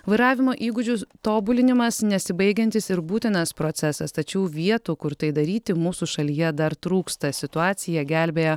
vairavimo įgūdžių tobulinimas nesibaigiantis ir būtinas procesas tačiau vietų kur tai daryti mūsų šalyje dar trūksta situaciją gelbėja